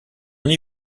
n’y